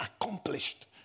accomplished